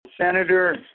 Senator